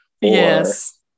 yes